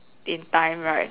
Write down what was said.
in time right